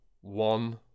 one